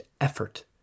effort